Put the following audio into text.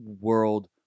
world